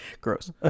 Gross